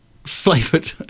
Flavoured